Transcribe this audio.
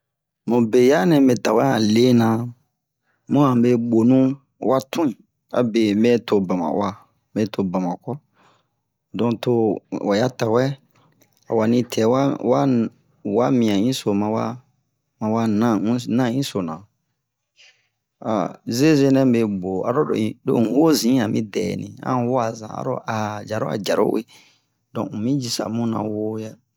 mu beya nɛ mɛ tawe a lena mu'a me bonu wa twin abe mɛ to bama'ua mɛ to bamako don to waya tawɛ awa ni tɛwa wa mia inso mawa mawa nan insona zeze nɛ me bo aro lo huwo zin ami dɛ ni an huwa zan aro lo ja lo a jaro uwe don unmi jisa muna wo ya